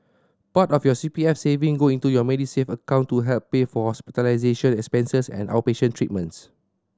part of your C P F saving go into your Medisave account to help pay for hospitalization expenses and outpatient treatments